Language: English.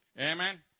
Amen